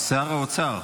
שר האוצר.